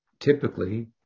Typically